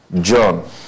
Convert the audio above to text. John